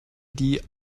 die